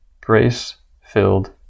grace-filled